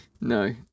No